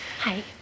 Hi